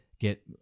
get